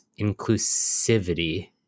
inclusivity